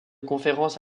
conférences